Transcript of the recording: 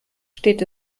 steht